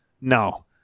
no